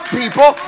people